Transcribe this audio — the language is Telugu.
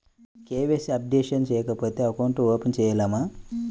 కే.వై.సి అప్డేషన్ చేయకపోతే అకౌంట్ ఓపెన్ చేయలేమా?